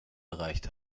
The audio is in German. erreicht